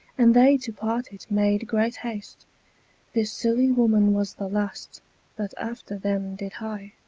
and they to part it made great haste this silly woman was the last that after them did hye.